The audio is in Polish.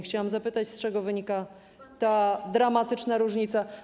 Chciałabym zapytać, z czego wynika ta dramatyczna różnica.